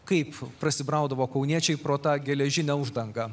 kaip prasibraudavo kauniečiai pro tą geležinę uždangą